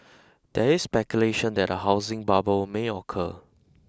there is speculation that a housing bubble may occur